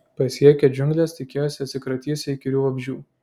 pasiekę džiungles tikėjosi atsikratysią įkyrių vabzdžių